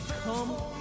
Come